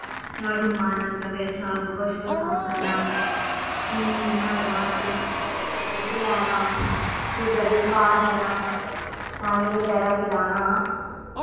झाड़ू मारना गवै दा साफ गोहा शोहा साफ करना फ्ही नुआढ़े बाद'च दुद्ध लैना फ्ही गवै गी घा देना पानी बगैरा पिलाना